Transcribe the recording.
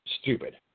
stupid